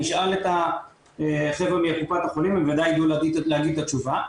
נשאל את החבר'ה מקופות החולים והם ודאי ידעו להגיד את התשובה,